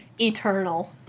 eternal